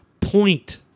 point